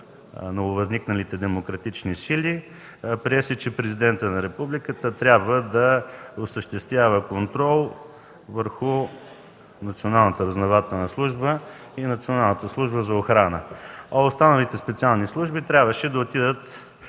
нововъзникналите демократични сили, прие се, че Президентът на Републиката трябва да осъществява контрол върху Националната разузнавателна служба и Националната служба за охрана, а останалите специални служби трябваше да отидат